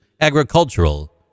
agricultural